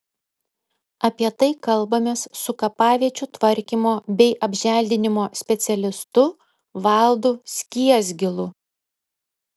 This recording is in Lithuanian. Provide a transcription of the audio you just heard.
apie tai kalbamės su kapaviečių tvarkymo bei apželdinimo specialistu valdu skiesgilu